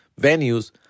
venues